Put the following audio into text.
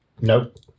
Nope